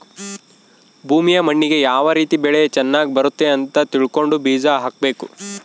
ಭೂಮಿಯ ಮಣ್ಣಿಗೆ ಯಾವ ರೀತಿ ಬೆಳೆ ಚನಗ್ ಬರುತ್ತೆ ಅಂತ ತಿಳ್ಕೊಂಡು ಬೀಜ ಹಾಕಬೇಕು